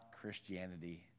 Christianity